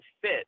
fit